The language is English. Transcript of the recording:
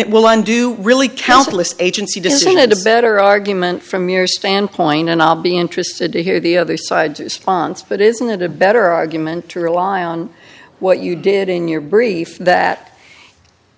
it will undo really countless agency decision to better argument from your standpoint and i'll be interested to hear the other side to sponsor but isn't it a better argument to rely on what you did in your brief that